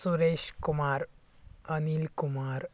Suresh Kumar Anil Kumar